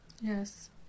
Yes